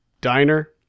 diner